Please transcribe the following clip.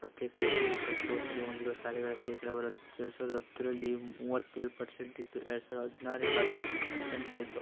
ಮತ್ತು ಈಗ ಹೆಣ್ಣು ಮಕ್ಕಳ ಶೌಚಾಲಯ ಹೊಂದಿರುವ ಶಾಲೆಗಳ ಶೇಕಡಾವಾರು ಎರಡು ಸಾವಿರದ ಹತ್ತರಲ್ಲಿ ಮೂವತ್ತೇಳು ಪರ್ಸೆಂಟಿತ್ತು ಎರಡು ಸಾವಿರದ ಹದಿನಾರಕ್ಕೆ ಅರ್ವತ್ತೊಂದು ಪರ್ಸೆಂಟಾಯಿತು